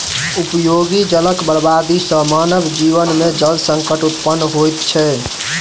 उपयोगी जलक बर्बादी सॅ मानव जीवन मे जल संकट उत्पन्न होइत छै